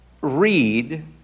read